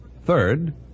Third